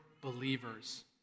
believers